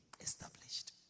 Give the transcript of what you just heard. established